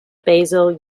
basal